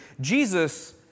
Jesus